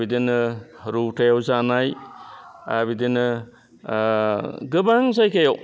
बिदिनो रौतायाव जानाय बिदिनो गोबां जायगायाव